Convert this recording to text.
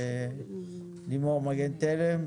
לימור מגן תלם.